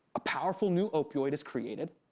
a powerful new opioid is created,